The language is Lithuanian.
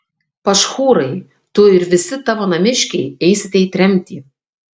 pašhūrai tu ir visi tavo namiškiai eisite į tremtį